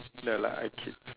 no lah I kid